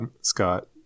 Scott